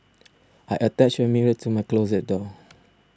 I attached a mirror to my closet door